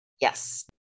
Yes